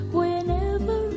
Whenever